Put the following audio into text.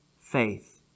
faith